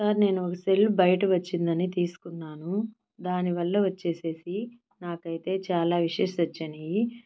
sir నేను ఒక cell బయట వచ్చిందని తీసుకున్నాను దానివల్ల వచ్చేసేసి నాకైతే చాలా ఇష్యూస్ వచ్చనియి